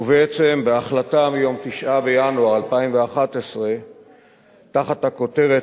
ובעצם בהחלטה מיום 9 בינואר 2011 תחת הכותרת